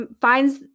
finds